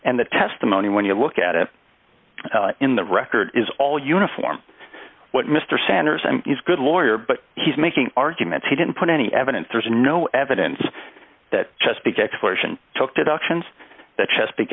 and the testimony when you look at it in the record is all uniform what mr sanders and he's good lawyer but he's making arguments he didn't put any evidence there's no evidence that chesapeake exploration took deductions that chesapeake